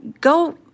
go